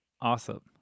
awesome